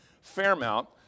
Fairmount